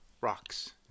rocks